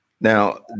Now